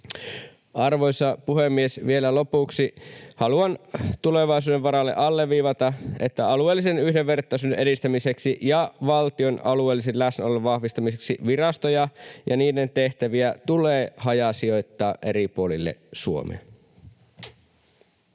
Arvoisa puhemies! Vielä lopuksi: haluan tulevaisuuden varalle alleviivata, että alueellisen yhdenvertaisuuden edistämiseksi ja valtion alueellisen läsnäolon vahvistamiseksi virastoja ja niiden tehtäviä tulee hajasijoittaa eri puolille Suomea.